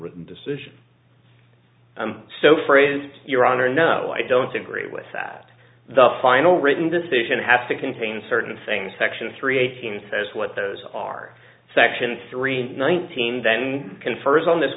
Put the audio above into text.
written decision so phrased your honor no i don't agree with that the final written decision has to contain certain things section three eighteen says what those are section three nineteen then confers on this